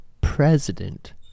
president